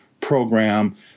program